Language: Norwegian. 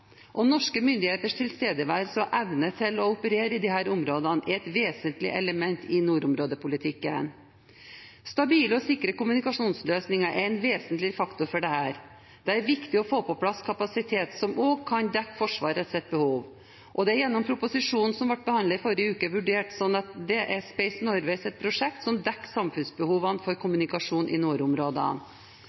ansvarsområde. Norske myndigheters tilstedeværelse og evne til å operere i disse områdene er et vesentlig element i nordområdepolitikken. Stabile og sikre kommunikasjonsløsninger er en vesentlig faktor for dette. Det er viktig å få på plass kapasitet som også kan dekke Forsvarets behov. Det er gjennom proposisjonen som ble behandlet i forrige uke, vurdert slik at det er Space Norways prosjekt som dekker samfunnsbehovene for kommunikasjon i nordområdene.